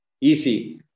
easy